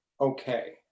okay